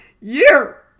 year